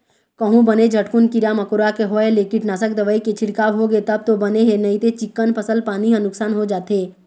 कहूँ बने झटकुन कीरा मकोरा के होय ले कीटनासक दवई के छिड़काव होगे तब तो बने हे नइते चिक्कन फसल पानी ह नुकसान हो जाथे